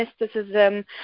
mysticism